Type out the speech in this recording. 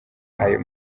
ayo